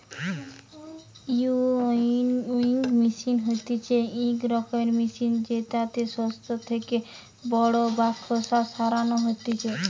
winnowing machine হতিছে ইক রকমের মেশিন জেতাতে শস্য থেকে খড় বা খোসা সরানো হতিছে